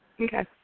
Okay